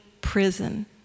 prison